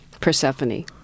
Persephone